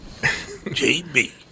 JB